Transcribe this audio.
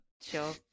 Sure